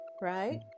right